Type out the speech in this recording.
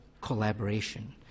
collaboration